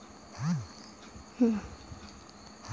Nestle संस्थान coffee के एकटा प्रसिद्ध संस्थान अछि